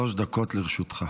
שלוש דקות לרשותך.